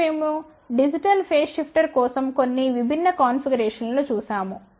ఇప్పుడు మేము digital phase shifter కోసం కొన్ని విభిన్న కాన్ఫిగరేషన్ లను చూశాము